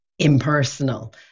impersonal